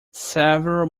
several